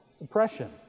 oppression